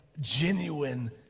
genuine